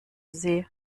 see